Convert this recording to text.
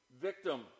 victim